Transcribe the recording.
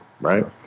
right